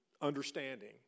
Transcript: understanding